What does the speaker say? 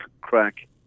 crack